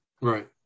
Right